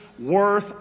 worth